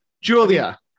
Julia